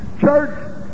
church